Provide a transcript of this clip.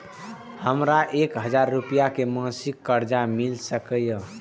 हमरा एक हजार रुपया के मासिक कर्जा मिल सकैये?